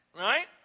right